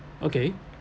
okay